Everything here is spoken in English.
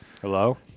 Hello